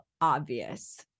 obvious